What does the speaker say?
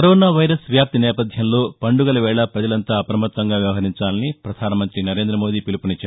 corona virus వ్యాప్తి నేపథ్యంలో పండుగల వేళ పజలంతా అప్రమత్తంగా వ్యవహరించాలని ప్రపధాన మంతి నరేంద్రమోదీ పిలుపునిచ్చారు